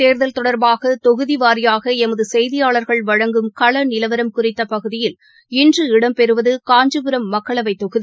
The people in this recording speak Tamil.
தேர்தல் தொடர்பாகதொகுதிவாரியாகஎமதுசெய்தியாளர்கள் மக்களவைத் வழங்கும் களநிலவரம் குறித்தபகுதியில் இன்று இடம்பெறுவதுகாஞ்சிபுரம் மக்களவைத் தொகுதி